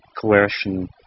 coercion